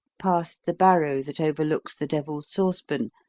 past the barrow that overlooks the devil's saucepan,